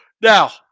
Now